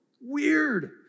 Weird